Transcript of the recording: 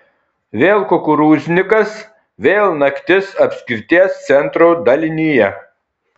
vėl kukurūznikas vėl naktis apskrities centro dalinyje